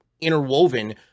interwoven